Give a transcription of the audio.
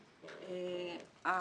שלבים.